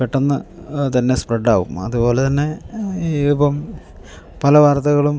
പെട്ടെന്നുതന്നെ സ്പ്രെഡാവും അതുപോലെതന്നെ ഇപ്പം പല വാർത്തകളും